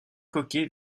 coquet